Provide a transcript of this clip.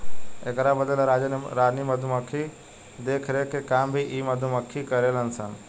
एकरा बदले रानी मधुमक्खी के देखरेख के काम भी इ मधुमक्खी करेले सन